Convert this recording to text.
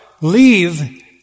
leave